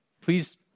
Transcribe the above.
please